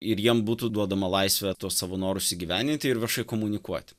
ir jiem būtų duodama laisvė tuos savo norus įgyvendinti ir viešai komunikuoti